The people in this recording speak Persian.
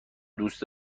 دوست